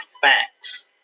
facts